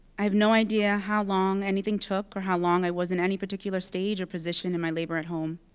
i have no idea how long anything took, or how long i was in any particular stage or position in my labor at home.